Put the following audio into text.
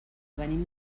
venim